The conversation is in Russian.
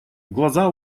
глаза